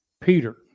Peter